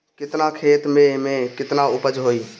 केतना खेत में में केतना उपज होई?